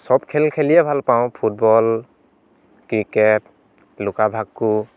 চব খেল খেলিয়ে ভাল পাওঁ ফুটবল ক্ৰিকেট লুকা ভাকু